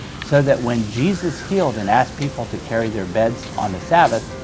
so that when jesus healed and asked people to carry their beds on the sabbath,